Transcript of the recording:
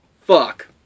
Fuck